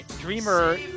Dreamer